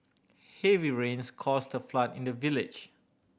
heavy rains caused a flood in the village